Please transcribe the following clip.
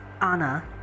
Anna